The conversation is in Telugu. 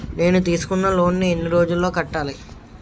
నేను తీసుకున్న లోన్ నీ ఎన్ని రోజుల్లో కట్టాలి?